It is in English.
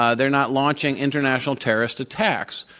ah they're not launching international terrorist attacks.